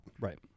Right